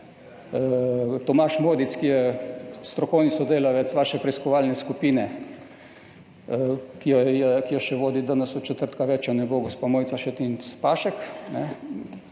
Tomaž Modic, ki je strokovni sodelavec vaše preiskovalne skupine, ki jo še danes vodi, od četrtka je več ne bo, gospa Mojca Šetinc Pašek,